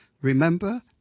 Remember